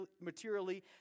materially